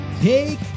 take